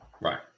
right